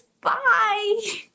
Bye